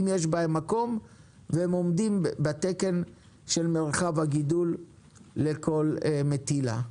אם יש בהם מקום והם עומדים בתקן של מרחב הגידול לכל מטילה.